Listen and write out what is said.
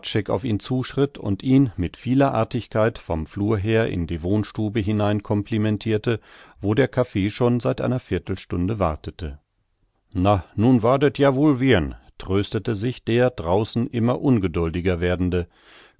auf ihn zuschritt und ihn mit vieler artigkeit vom flur her in die wohnstube hinein komplimentirte wo der kaffee schon seit einer viertelstunde wartete na nu wahrd et joa woll wihr'n tröstete sich der draußen immer ungeduldiger werdende